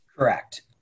Correct